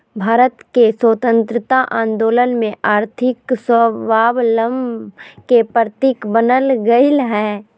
भारत के स्वतंत्रता आंदोलन में आर्थिक स्वाबलंबन के प्रतीक बन गेलय हल